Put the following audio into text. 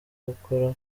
gukora